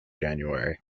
january